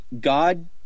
God